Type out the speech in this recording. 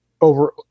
over